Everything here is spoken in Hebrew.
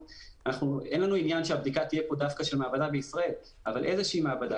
אין לנו עניין שהבדיקה תהיה דווקא של מעבדה בישראל אבל איזושהי מעבדה.